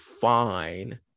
fine